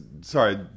sorry